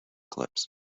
clips